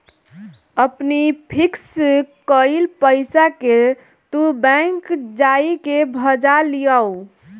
अपनी फिक्स कईल पईसा के तू बैंक जाई के भजा लियावअ